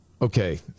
Okay